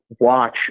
watch